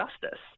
justice